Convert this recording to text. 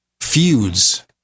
feuds